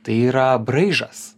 tai yra braižas